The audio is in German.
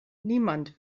niemand